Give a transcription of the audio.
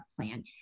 plan